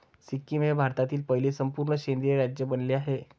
सिक्कीम हे भारतातील पहिले संपूर्ण सेंद्रिय राज्य बनले आहे